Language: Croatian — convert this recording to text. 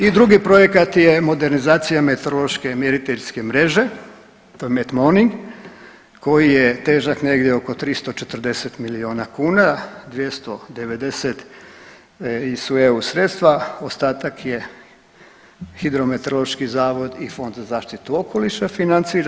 I drugi projekat je modernizacija meteorološke mjeriteljske mreže to je METMONIC koji je težak negdje oko 340 miliona kuna, 290 su EU sredstva ostatak je hidrometeorološki zavod i Fond za zaštitu okoliša financira.